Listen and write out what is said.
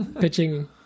pitching